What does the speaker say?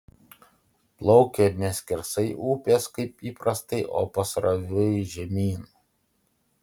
plaukia ne skersai upės kaip įprastai o pasroviui žemyn